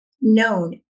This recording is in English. known